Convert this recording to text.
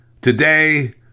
today